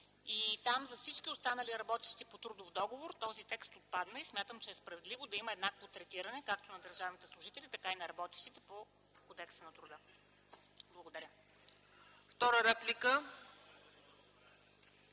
Там за всички останали, работещи по трудов договор, този текст отпадна. Смятам, че е справедливо да има еднакво третиране както на държавните служители, така и на работещите по Кодекса на труда. Благодаря.